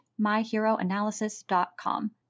myheroanalysis.com